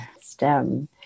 STEM